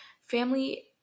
family